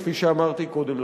כפי שאמרתי קודם לכן.